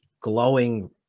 glowing